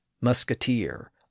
musketeer